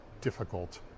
difficult